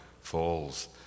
falls